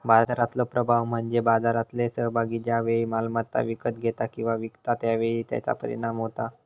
बाजारातलो प्रभाव म्हणजे बाजारातलो सहभागी ज्या वेळी मालमत्ता विकत घेता किंवा विकता त्या वेळी त्याचा परिणाम होता